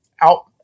out